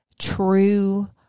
True